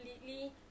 completely